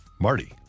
Marty